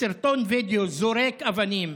בסרטון וידיאו זורק אבנים